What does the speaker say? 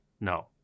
No